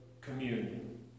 communion